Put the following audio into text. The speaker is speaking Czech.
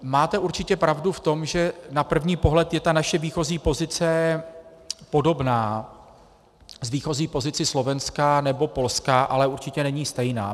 Máte určitě pravdu v tom, že na první pohled je naše výchozí pozice podobná s výchozí pozicí Slovenska nebo Polska, ale určitě není stejná.